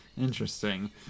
interesting